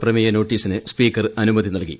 പ്രമേയ നോട്ടീസിന് സ്പീക്കർ അനുമതി നല്കി